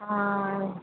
ஆ ஆ